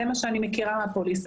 זה מה שאני מכירה מהפוליסה.